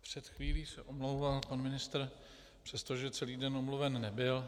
Před chvílí se omlouval pan ministr, přestože celý den omluven nebyl.